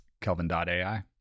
kelvin.ai